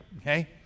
okay